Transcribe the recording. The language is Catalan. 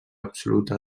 absoluta